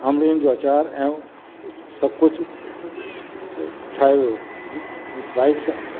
अंबड़ियुन जो अचार ऐं सभु कुझु ठाहियो वियो ज बाइक सां